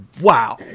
wow